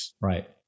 Right